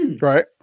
Right